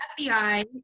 FBI